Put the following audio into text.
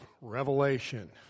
Revelation